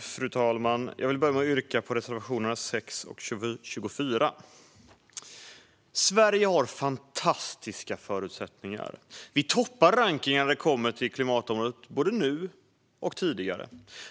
Fru talman! Jag yrkar bifall till reservationerna 6 och 24. Sverige har fantastiska förutsättningar. Vi toppar rankningen på klimatområdet, nu som tidigare.